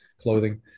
clothing